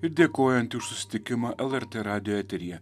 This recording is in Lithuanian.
ir dėkojanti už susitikimą lrt radijo eteryje